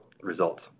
results